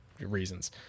reasons